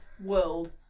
world